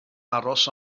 aros